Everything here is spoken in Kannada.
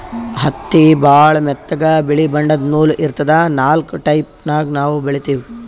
ಹತ್ತಿ ಭಾಳ್ ಮೆತ್ತಗ ಬಿಳಿ ಬಣ್ಣದ್ ನೂಲ್ ಇರ್ತದ ನಾಕ್ ಟೈಪ್ ಹತ್ತಿ ನಾವ್ ಬೆಳಿತೀವಿ